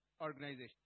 organization